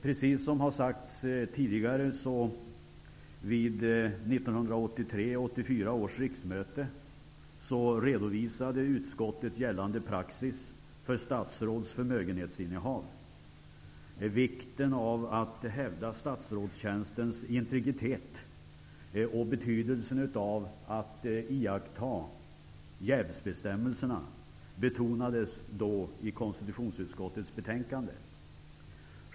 Precis som tidigare har sagts redovisade utskottet vid 1983/84 års riksmöte gällande praxis för statsråds förmögenhetsinnehav. Vikten av att hävda statsrådstjänstens integritet och betydelsen av att iaktta jävsbestämmelserna betonades då i konstitutionsutskottets betänkande.